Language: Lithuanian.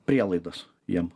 prielaidas jiem